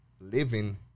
living